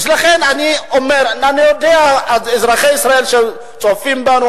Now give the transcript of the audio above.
לכן אני אומר: אני יודע שאזרחי ישראל שצופים בנו,